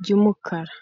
ry'umukara.